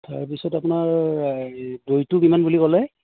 তাৰপিছত আপোনাৰ দৈটো কিমান বুলি ক'লে